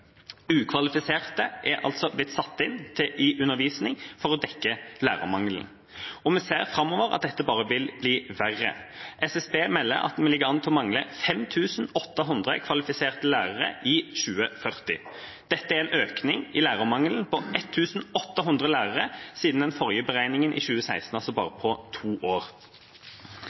Ukvalifiserte er altså blitt satt inn i undervisning for å dekke lærermangelen, og vi ser framover at dette bare vil bli verre. SSB meldte i 2018 om at vi ligger an til å mangle 5 800 kvalifiserte lærere i 2040. Dette er en økning i lærermangelen på 1 800 lærere siden den forrige beregningen i 2016, altså på bare to år.